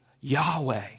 Yahweh